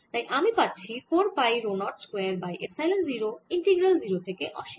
তাই আমি পাচ্ছি 4 pi rho 0 square by epsilon 0 integral 0 থেকে অসীম